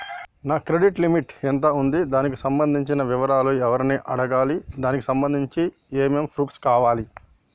నా credit limit ఎంత ఉంది? దానికి సంబంధించిన వివరాలు ఎవరిని అడగాలి? దానికి సంబంధించిన ఏమేం ప్రూఫ్స్ కావాలి?